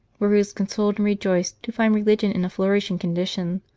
where he was consoled and rejoiced to find religion in a flourish ing condition,